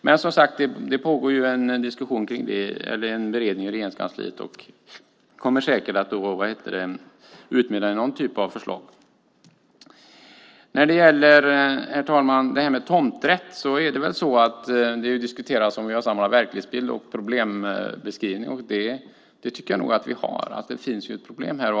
Men det pågår, som sagt, en beredning i Regeringskansliet, och den kommer säkert att utmynna i någon typ av förslag. Herr talman! När det gäller tomträtt har det diskuterats om vi har samma verklighetsbild och problembeskrivning. Det tycker jag nog att vi har. Det finns ett problem.